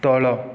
ତଳ